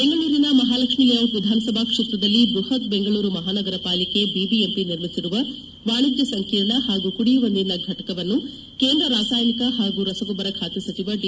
ಬೆಂಗಳೂರಿನ ಮಹಾಲಕ್ಷ್ಮೀ ಲೇಔಟ್ ವಿಧಾನಸಭಾ ಕ್ಷೇತ್ರದಲ್ಲಿ ಬೃಹತ್ ಬೆಂಗಳೂರು ಮಹಾನಗರಪಾಲಿಕೆ ಬಿಬಿಎಂಪಿ ನಿರ್ಮಿಸಿರುವ ವಾಣಿಜ್ಯ ಸಂಕೀರ್ಣ ಹಾಗೂ ಕುಡಿಯುವ ನೀರಿನ ಫಟಕವನ್ನು ಕೇಂದ್ರ ರಾಸಾಯನಿಕ ಹಾಗೂ ರಸಗೊಬ್ಬರ ಖಾತೆ ಸಚಿವ ದಿ